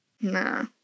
Nah